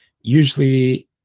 usually